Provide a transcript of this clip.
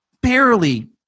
barely